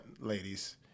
ladies